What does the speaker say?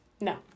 no